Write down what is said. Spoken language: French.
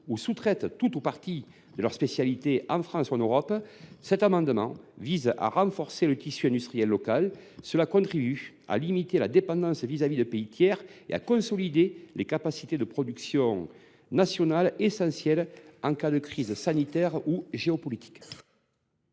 ou sous traitent tout ou partie de leurs spécialités en France ou en Europe, cet amendement vise à renforcer le tissu industriel local, ce qui contribue à limiter la dépendance à l’égard de pays tiers et à consolider les capacités de production nationales, essentielles en cas de crise sanitaire ou géopolitique.